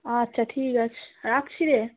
আচ্ছা ঠিক আছে রাখছি রে